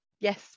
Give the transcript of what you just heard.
Yes